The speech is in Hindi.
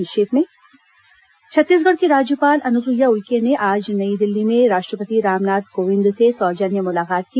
संक्षिप्त समाचार छत्तीसगढ़ की राज्यपाल अनुसुईया उइके ने आज नई दिल्ली में राष्ट्रपति रामनाथ कोविंद से सौजन्य मुलाकात की